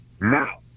Now